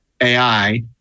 AI